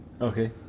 Okay